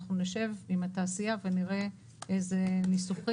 אנחנו נשב עם התעשייה ונראה איזה ניסוחים.